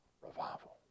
revival